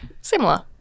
Similar